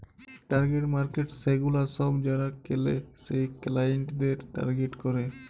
target markets সেগুলা সব যারা কেলে সেই ক্লায়েন্টদের টার্গেট করেক